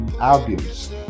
Albums